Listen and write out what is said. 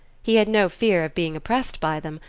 he had no fear of being oppressed by them,